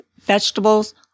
vegetables